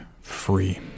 free